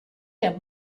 der